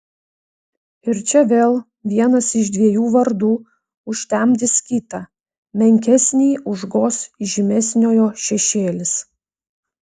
ir čia vėl vienas iš dviejų vardų užtemdys kitą menkesnįjį užgoš žymesniojo šešėlis